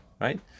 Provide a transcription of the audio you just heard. right